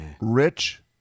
Rich